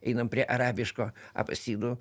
einam prie arabiško abasidų